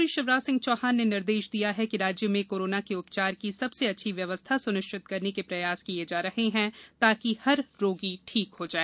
मुख्यमंत्री शिवराज सिंह चौहान ने निर्देश दिया कि राज्य में कोरोना के उपचार की सबसे अच्छी व्यवस्था सुनिश्चित करने के प्रयास किए जा रहे हैं ताकि हर रोगी ठीक हो जाए